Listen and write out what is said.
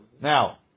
Now